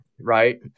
right